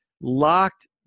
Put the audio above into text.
locked